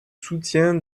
soutien